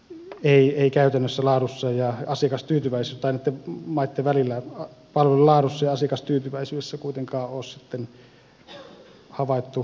näitten maitten välillä palveluiden laadussa ja asiakastyytyväisyydessä ei kuitenkaan ole sitten käytännössä havaittu merkittäviä eroja